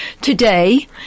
Today